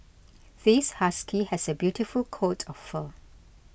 this husky has a beautiful coat of fur